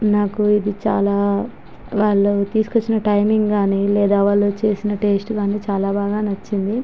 నాకు ఇది చాలా వాళ్ళు తీసుకువచ్చిన టైమింగ్ కానీ లేదా వాళ్ళు చేసిన టేస్ట్ కానీ చాలా బాగా నచ్చింది